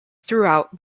throughout